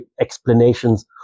explanations